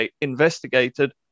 investigated